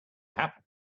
happen